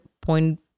point